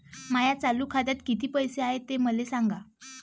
माया चालू खात्यात किती पैसे हाय ते मले सांगा